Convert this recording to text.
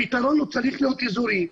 הפתרון צריך להיות אזורי.